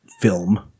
film